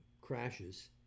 crashes